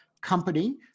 company